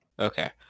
Okay